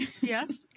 yes